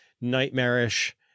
nightmarish